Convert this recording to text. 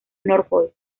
norfolk